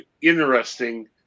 interesting